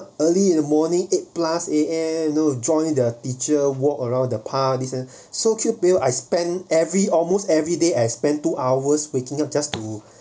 early in the morning eight plus a m no join the teacher walk around the park so cute I spent every almost every day I spend two hours waking up just to